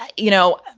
ah you know,